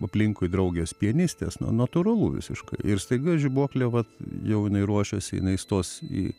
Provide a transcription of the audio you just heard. aplinkui draugės pianistės na natūralu visiškai ir staiga žibuoklė vat jau ruošiasi jinai stos į